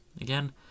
again